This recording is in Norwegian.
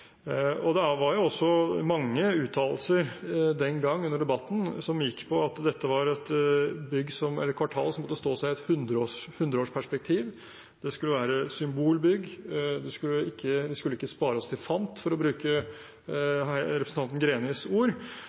Det var jo også mange uttalelser under debatten den gangen som gikk på at dette var et kvartal som måtte stå seg i et hundreårsperspektiv, det skulle være et symbolbygg og vi skulle ikke spare oss til fant, for å bruke representanten Grenis ord.